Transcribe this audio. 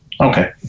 Okay